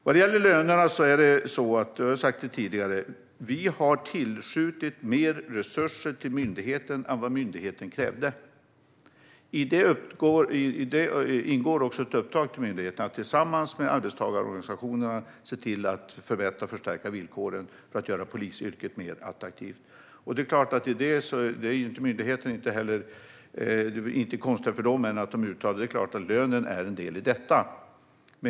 Vad gäller lönerna har jag sagt tidigare att vi har tillskjutit mer resurser till myndigheten än myndigheten krävde. I det ingår också ett uppdrag till myndigheten att tillsammans med arbetstagarorganisationerna se till att förbättra och förstärka villkoren för att göra polisyrket mer attraktivt. Det är såklart inte konstigare än att lönen är en del i detta.